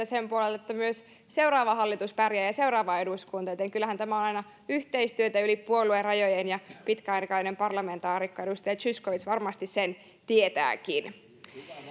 sen puolesta että myös seuraava hallitus ja seuraava eduskunta pärjäävät joten kyllähän tämä on aina yhteistyötä yli puoluerajojen ja pitkäaikainen parlamentaarikko edustaja zyskowicz varmasti sen tietääkin